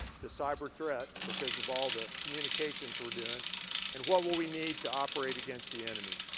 to cyber threats because of all the communications we're doing and what will we need to operate against the enemy?